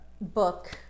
book